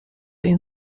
این